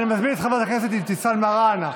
אני מזמין את חברת הכנסת אבתיסאם מראענה.